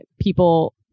people